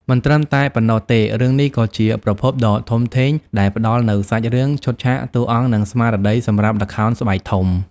មិនត្រឹមតែប៉ុណ្ណោះទេ រឿងនេះក៏ជាប្រភពដ៏ធំធេងដែលផ្ដល់នូវសាច់រឿង ឈុតឆាក តួអង្គ និងស្មារតីសម្រាប់ល្ខោនស្បែកធំ ។